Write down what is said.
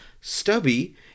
Stubby